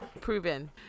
Proven